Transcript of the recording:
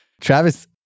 Travis